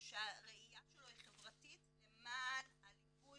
שהראייה שלו היא חברתית למען הליווי